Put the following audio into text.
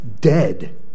dead